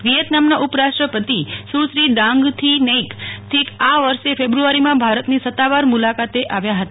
વિયેતનામના ઉપરાષ્ટપતિ સશ્રી દાંગથી નૈકથિક આ વર્ષ ફેબ્રુઆરીમાં ભારતની સતાવાર મુલાકાત આવ્યા હતા